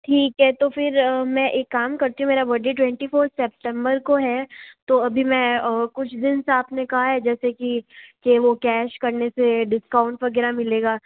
ठीक है तो फिर मैं एक काम करती हूँ मेरा बर्थडे ट्वेंटी फोर सेप्टेम्बर को है तो अभी मैं कुछ दिन से आपने कहा है जैसे की ये वो कैश करने से डिस्काउंट वगैरह मिलेगा